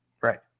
right